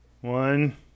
One